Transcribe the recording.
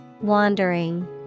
Wandering